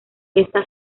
esta